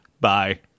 Bye